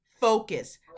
focus